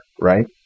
right